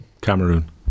Cameroon